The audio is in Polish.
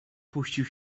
puścił